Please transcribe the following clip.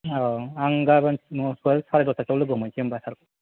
औ आं गाबोन फुङाव सय साराय दसतासोआव लोगो हमहैनोसै होनबा सारखौ